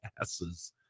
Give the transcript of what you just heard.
asses